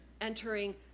entering